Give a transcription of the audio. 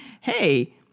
hey